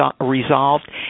resolved